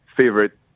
favorite